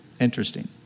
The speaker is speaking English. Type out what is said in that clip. Interesting